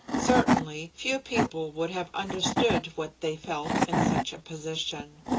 certainly, few people would have understood what they felt in such a position.